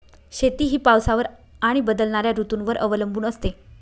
शेती ही पावसावर आणि बदलणाऱ्या ऋतूंवर अवलंबून असते